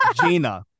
Gina